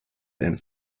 and